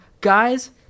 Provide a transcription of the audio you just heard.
guys